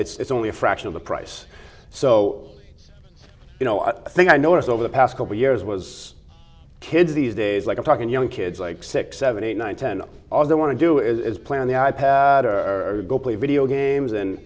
t it's only a fraction of the price so you know i think i noticed over the past couple years was kids these days like i'm talking young kids like six seven eight nine ten all they want to do is play on the i pad or go play video games and